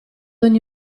ogni